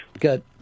Good